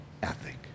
ethic